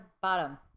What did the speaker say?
bottom